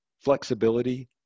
flexibility